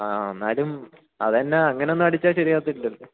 ആ എന്നാലും അതെന്നാ അങ്ങനെെയൊന്നും അടിച്ചാല് ശരിയാവത്തില്ലല്ലോ